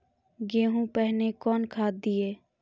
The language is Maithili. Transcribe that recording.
गेहूँ पहने कौन खाद दिए?